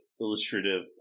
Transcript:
illustrative